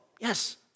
Yes